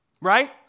Right